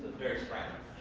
very surprising.